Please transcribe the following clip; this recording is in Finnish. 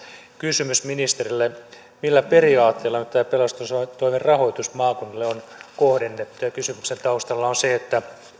kysymys ministerille millä periaatteella nyt tämä pelastustoimen rahoitus maakunnille on kohdennettu kysymyksen taustalla on se